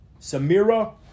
Samira